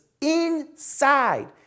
Inside